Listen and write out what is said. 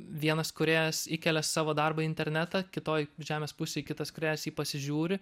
vienas kūrėjas įkelia savo darbą į internetą kitoj žemės pusėj kitas kūrėjas jį pasižiūri